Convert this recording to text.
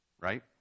right